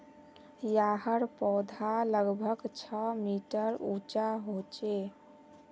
याहर पौधा लगभग छः मीटर उंचा होचे